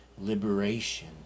liberation